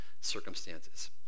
circumstances